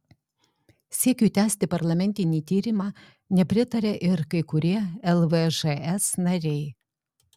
siekiui tęsti parlamentinį tyrimą nepritaria ir kai kurie lvžs nariai